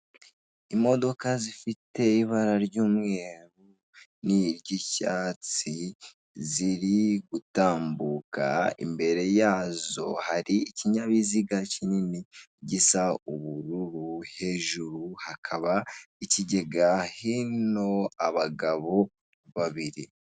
Imodoka zifite ibara ry'umweru n'iry'icyatsi ziri gutambuka, imbere yazo hari ikinyabiziga kinini gisa ubururu, hejuru hakaba ikigega, hino abagabo babiri.